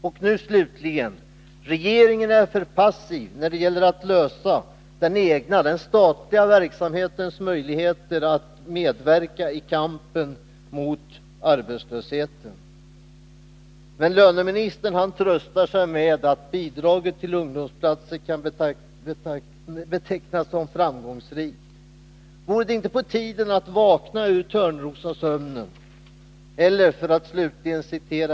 Och slutligen: Regeringen är för passiv när det gäller att finna möjligheter för den egna, den statliga, verksamheten att medverka i kampen mot arbetslösheten. Men löneministern tröstar sig med att bidraget till ungdomsplatser kan betecknas som framgångsrikt! Vore det inte på tiden att vakna ur törnrosasömnen?